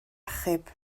achub